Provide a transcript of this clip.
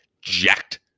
jacked